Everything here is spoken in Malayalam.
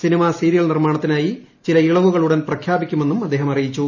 സിനിമാ സീരിയൽ നിർമ്മാണത്തിനായി ചില ഇളവുകൾ ഉടൻ പ്രഖ്യാപിക്കുമെന്നും അദ്ദേഹം അറിയിച്ചു